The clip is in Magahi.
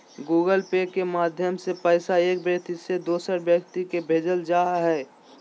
गूगल पे के माध्यम से पैसा एक व्यक्ति से दोसर व्यक्ति के भेजल जा हय